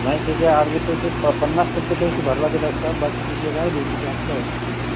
नाही त्याचे अर्धे पैसे प पन्नास टक्के पैसे भरा लागत असतात बाकीचे जे राहिले त्याचे हप्त्यावर